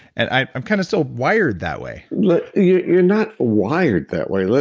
and i'm kind of still wired that way you're not wired that way,